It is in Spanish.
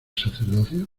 sacerdocio